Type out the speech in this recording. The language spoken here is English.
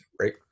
right